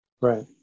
Right